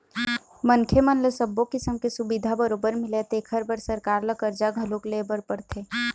मनखे मन ल सब्बो किसम के सुबिधा बरोबर मिलय तेखर बर सरकार ल करजा घलोक लेय बर परथे